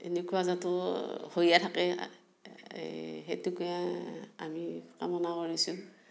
এনেকুৱা যাতো হৈয়ে থাকে এই সেইটোকে আমি কামনা কৰিছোঁ